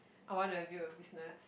I want to build a business